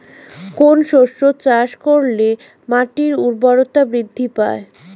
কোন শস্য চাষ করলে মাটির উর্বরতা বৃদ্ধি পায়?